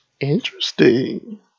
Interesting